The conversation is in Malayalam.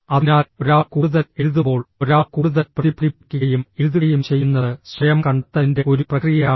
അതിനാൽ ഒരാൾ കൂടുതൽ എഴുതുമ്പോൾ ഒരാൾ കൂടുതൽ പ്രതിഫലിപ്പിക്കുകയും എഴുതുകയും ചെയ്യുന്നത് സ്വയം കണ്ടെത്തലിന്റെ ഒരു പ്രക്രിയയാണ്